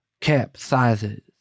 capsizes